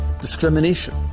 discrimination